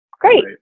Great